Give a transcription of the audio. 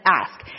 ask